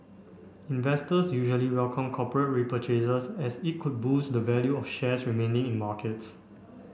investors usually welcome corporate repurchases as it could boost the value of shares remaining in markets